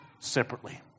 separately